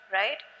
right